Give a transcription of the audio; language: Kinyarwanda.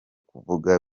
kuvuga